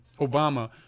Obama